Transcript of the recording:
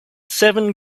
seven